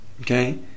Okay